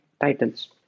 titles